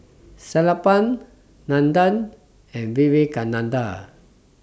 Sellapan Nandan and Vivekananda